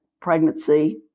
pregnancy